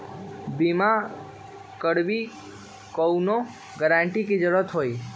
बिमा करबी कैउनो गारंटर की जरूरत होई?